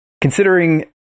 Considering